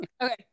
Okay